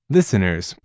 Listeners